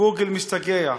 גוגל משתגע.